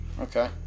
Okay